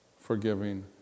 forgiving